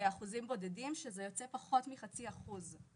באחוזים בודדים, שזה יוצא פחות מחצי אחוז.